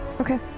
Okay